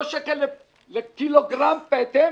3 שקלים לקילוגרם פטם,